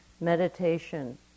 meditation